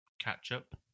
catch-up